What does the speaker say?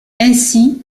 ainsi